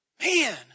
Man